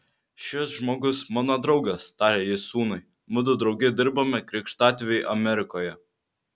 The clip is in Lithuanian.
šis žmogus mano draugas tarė jis sūnui mudu drauge dirbome krikštatėviui amerikoje